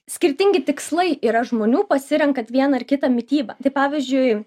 skirtingi tikslai yra žmonių pasirenkant vieną ar kitą mitybą tai pavyzdžiui